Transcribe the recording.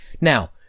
Now